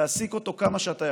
תעסיק אותו כמה שאתה יכול.